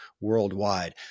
worldwide